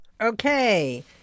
Okay